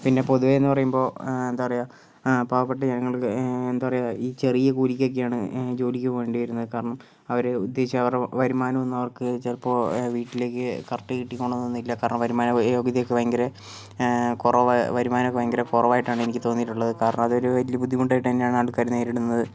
പിന്നെ പൊതുവെയെന്നു പറയുമ്പോൾ എന്താ പറയുക പാവപ്പെട്ട ജനങ്ങൾക്ക് എന്താ പറയുക ഈ ചെറിയ കൂലിക്കൊക്കെയാണ് ജോലിക്ക് പോകേണ്ടി വരുന്നത് കാരണം അവര് ഉദ്ദേശിച്ച അവരുടെ വരുമാനമൊന്നും അവർക്ക് ചിലപ്പോൾ വീട്ടിലേക്ക് കറക്റ്റ് കിട്ടിക്കോളണമെന്നില്ല അവരുടെ വരുമാനയോഗ്യതയൊക്കെ ഭയങ്കര കുറവ് വരുമാനമൊക്കെ ഭയങ്കര കുറവായിട്ടാണ് എനിക്ക് തോന്നിയിട്ടുള്ളത് കാരണം അതൊരു വലിയ ബുദ്ധിട്ടായിട്ട് തന്നെയാണ് ആൾക്കാര് നേരിടുന്നത്